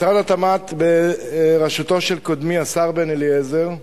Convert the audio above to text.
משרד התמ"ת, בראשותו של קודמי, השר בן-אליעזר,